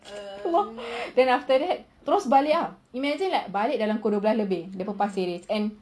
astaghfirullah astaghfirullah then after that terus balik ah imagine balik kul dua belas lebih daripada pasir ris